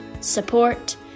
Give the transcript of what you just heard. support